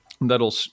that'll